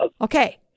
Okay